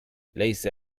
ليس